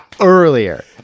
earlier